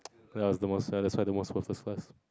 ya that was that's why the most comfort class